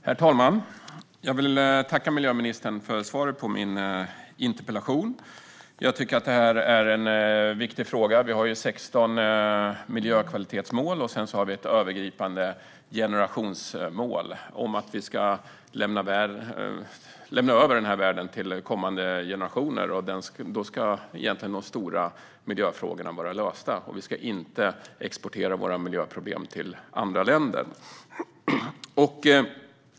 Herr talman! Jag vill tacka miljöministern för svaret på min interpellation. Jag tycker att detta är en viktig fråga. Vi har ju 16 miljökvalitetsmål samt ett övergripande generationsmål, som handlar om att de stora miljöfrågorna ska vara lösta när vi lämnar över världen till kommande generationer. Vi ska inte heller exportera våra miljöproblem till andra länder.